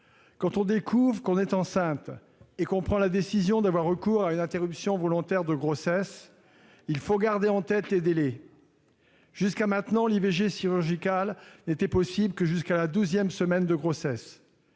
Quand on découvre qu'on est enceinte et qu'on prend la décision d'avoir recours à une interruption volontaire de grossesse (IVG), il faut garder en tête les délais. Jusqu'à maintenant, l'IVG chirurgicale n'était possible que jusqu'à la douzième semaine de grossesse